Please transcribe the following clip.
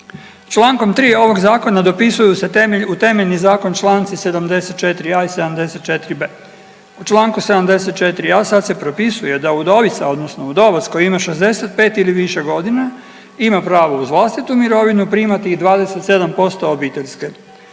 Čl. 3. ovog zakona dopisuju se temelj, u temeljni zakon čl. 74.a.i 74.b., u čl. 74.a. sad se propisuje da udovica odnosno udovac koji ima 65 ili više godina ima pravo uz vlastitu mirovinu primati i 27% obiteljske